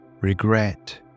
regret